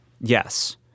Yes